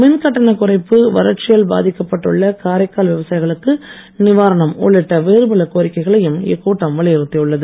மின்கட்டண குறைப்பு வறட்சியால் பாதிக்கப்பட்டுள்ள காரைக்கால் விவசாயிகளுக்கு நிவாரணம் உள்ளிட்ட வேறுபல கோரிக்கையும் இக்கூட்டம் வலியுறுத்தியுள்ளது